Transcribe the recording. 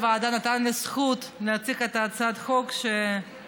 יו"ר הוועדה נתן לי זכות להציג את הצעת החוק שהובלנו,